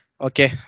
Okay